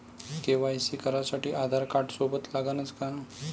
KYC करासाठी आधारकार्ड सोबत लागनच का?